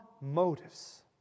motives